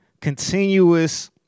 continuous